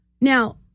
Now